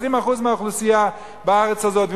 20% מהאוכלוסייה בארץ הזאת.